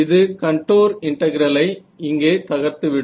இது கன்டோர் இன்டெகிரலை இங்கே தகர்த்துவிடும்